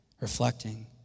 reflecting